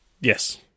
Yes